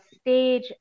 stage